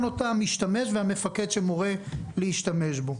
אותה המשתמש והמפקד שמורה להשתמש בו.